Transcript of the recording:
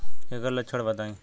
एकर लक्षण बताई?